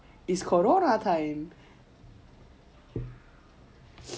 it's corona time